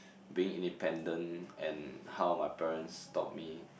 being independent and how my parents taught me